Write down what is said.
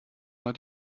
hat